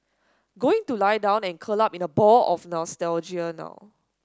going to lie down and curl up in a ball of nostalgia now